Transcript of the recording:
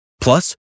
Plus